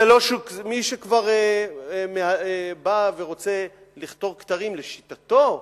זה לא כמי שבא ורוצה לכתור כתרים לשיטתו,